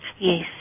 yes